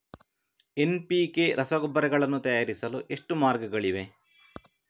NPK ರಸಗೊಬ್ಬರಗಳನ್ನು ತಯಾರಿಸಲು ಎಷ್ಟು ಮಾರ್ಗಗಳಿವೆ?